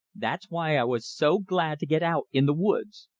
that's why i was so glad to get out in the woods.